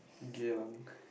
Geylang